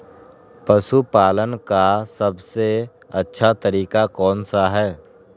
पशु पालन का सबसे अच्छा तरीका कौन सा हैँ?